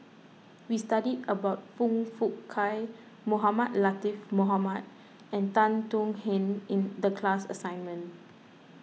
we studied about Foong Fook Kay Mohamed Latiff Mohamed and Tan Thuan Heng in the class assignment